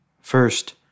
First